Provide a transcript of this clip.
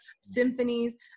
symphonies